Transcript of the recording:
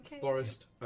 Forest